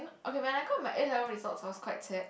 okay when I got my A-levels results I was quite sad